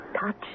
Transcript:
Touch